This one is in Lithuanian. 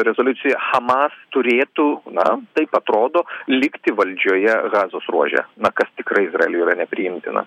rezoliucijoj hamas turėtų na taip atrodo likti valdžioje gazos ruože na kas tikrai izraeliui yra nepriimtina